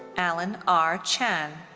allen r. chan.